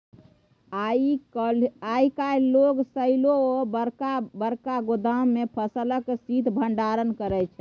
आइ काल्हि लोक साइलो आ बरका बरका गोदाम मे फसलक शीत भंडारण करै छै